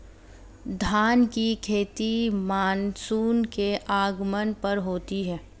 धान की खेती मानसून के आगमन पर होती है